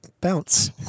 bounce